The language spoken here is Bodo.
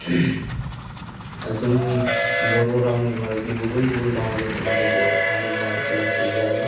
जोंनि बर' रावनि भारतनि गुबुन गुबुन बाहागोफोरनि गेजेराव हारिमुआ सोलाय सोल' जायो